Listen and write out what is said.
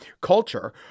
culture